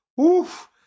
Oof